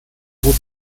gut